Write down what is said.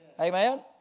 Amen